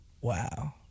Wow